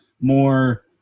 more